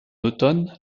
automne